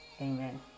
Amen